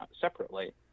separately